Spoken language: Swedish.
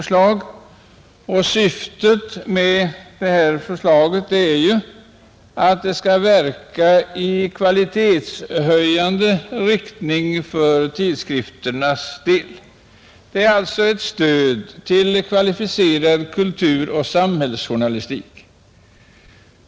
Syftet med bidraget är ju att det skall verka i kvalitetshöjande riktning för tidskrifternas del. Det är alltså ett stöd till kvalificerad kulturoch samhällsjournalistik.